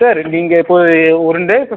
sir நீங்கள் இப்போ one டேக்கு